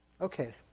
Okay